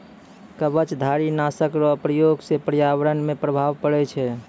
कवचधारी नाशक रो प्रयोग से प्रर्यावरण मे प्रभाव पड़ै छै